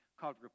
called